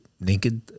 Naked